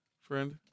friend